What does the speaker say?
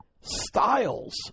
styles